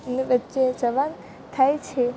ની વચ્ચે સવાલ થાય છે